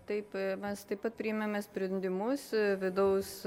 taip mes taip pat priėmėme sprendimus vidaus